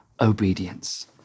obedience